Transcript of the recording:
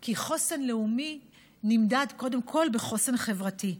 כי חוסן לאומי נמדד קודם כול בחוסן חברתי.